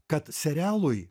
kad serialui